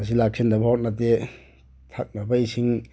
ꯃꯁꯤ ꯂꯥꯛꯁꯤꯟꯅꯕ ꯍꯣꯠꯅꯗꯦ ꯊꯛꯅꯕ ꯏꯁꯤꯡ